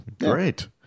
Great